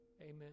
amen